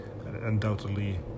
undoubtedly